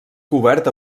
cobert